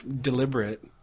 deliberate